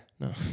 No